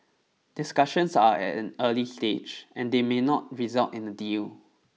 discussions are at an early stage and they may not result in a deal